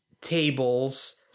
tables